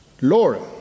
Lord